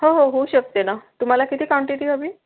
हो हो होऊ शकते ना तुम्हाला किती कॉन्टिटी हवी